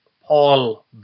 Paul